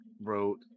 wrote